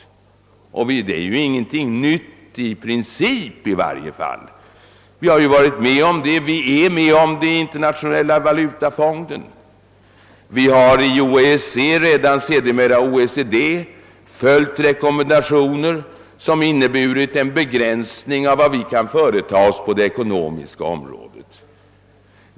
Det är ingenting nytt i princip i varje fall. Vi har ju varit med om det i den internationella valutafonden, vi har i OEEC och sedermera i OECD följt rekommendationer som inneburit en begränsning av vad vi kan företa oss på det ekonomiska området.